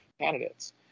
candidates